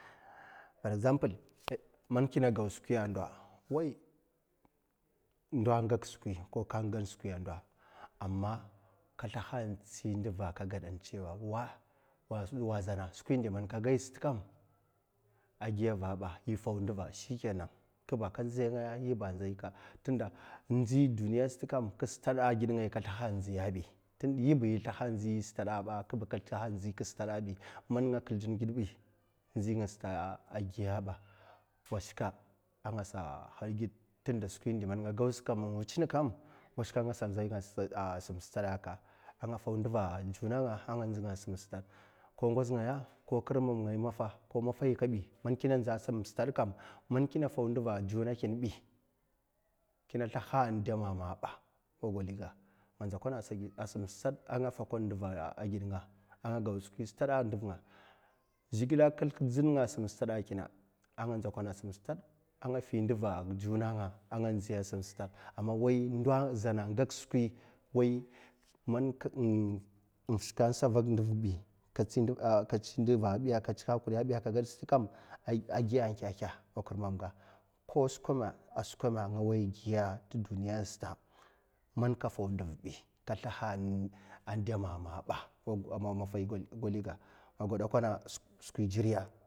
For example man kina go skwi a' ndo wa ndo gwak skwi ko ka gan skwi a'ndo amma ka sliha toi nduva a' ka gadena tsewa wa zha skwi mdi man ka geya skwi sat kam a' gi vaba i fau nduva shikana ka nze ngayabi ka tunda inzi duniya sat kam ka sliha nziya gid ngaya kastad'da a'gid ngayabi mzi ngi stad'da a' giyabi washka a'ngaɗa nzenga a'san stad'da, ka ai nga fou nduva a' vunga a' nganzo a' sam stad ko kir mam ma ko ngoz ngaya ko kirmam ngaya maffahi kabai kina nzaw a' sam stad bi kam kina sliha de a mamabi nga mokona a' sam stad a' nga foukwai a nduv nga a' nga go skwi stad a' nduvnga a' ngafokon nduv nga zhekle klida klizen nga a' sam stad a' nga nziya a, sam stad man kabi mshika a' satak ndubi ka tsin hakuri kafi nduvabbi akaged sat kam a'giya kake ko wa kirmema skwame a' skwame a' kar mamga nga gya te diniya sat kam ma kafou ndurbi kasliha a, demamaba wa maffahi gwai ga nga gwadehakina skwi zheriya